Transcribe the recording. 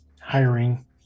hiring